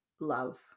love